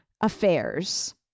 affairs